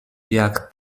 jak